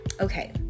okay